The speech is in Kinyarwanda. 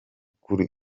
kuri